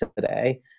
today